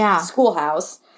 schoolhouse